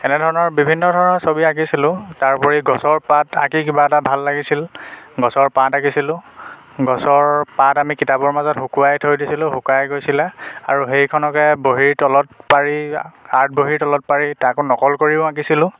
এনে ধৰণৰ বিভিন্ন ধৰণৰ ছবি আঁকিছিলোঁ তাৰোপৰি গছৰ পাত আঁকি কিবা এটা ভাল লাগিছিল গছৰ পাত আঁকিছিলোঁ গছৰ পাত আমি কিতাপৰ মাজত শুকুৱাই থৈ দিছিলোঁ শুকাই গৈছিলে আৰু সেইখনকে বহীৰ তলত পাৰি আৰ্ট বহীৰ তলত পাৰি তাকো নকল কৰিও আঁকিছিলোঁ